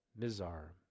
Mizar